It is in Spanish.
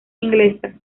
inglesa